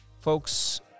folks